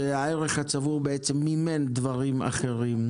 שהערך הצבור מימן למעשה דברים אחרים.